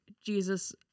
Jesus